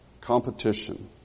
competition